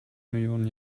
millionen